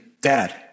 Dad